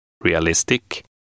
realistic